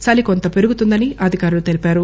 చలీ కొంత పెరుగుతుందని అధికారులు తెలిపారు